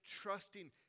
trusting